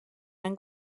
gran